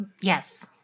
Yes